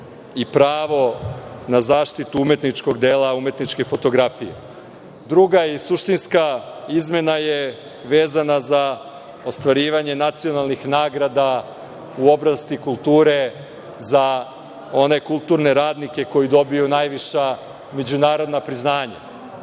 i pravo na zaštitu umetničkog dela umetničke fotografije. Druga suštinska izmena je vezana za ostvarivanje nacionalnih naknada u oblasti kulture za one kulturne radnike koji dobiju najviša međunarodna priznanja.